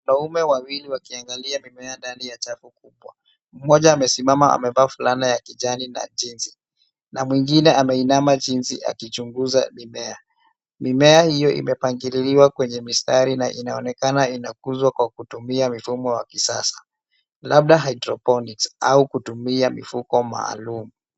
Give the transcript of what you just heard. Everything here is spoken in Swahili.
Wanaume wawili wakiangalia mimea ndani ya chafu kubwa. Mmoja amesimama, amevaa fulana ya kijani na jinzi, na mwengine ameinama jinzi akichunguza mimea. Mimea hiyo imepangililiwa kwenye mistari na inaonekana inakuzwa kwa kutumia mfumo wa kisasa, labda hydroponics au kutumia mifuko maalum.